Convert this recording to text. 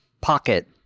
pocket